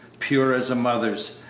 pure as a mother's,